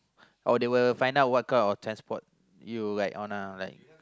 or they will find out what kind of transport you like on ah like